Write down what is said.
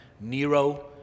Nero